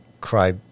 cry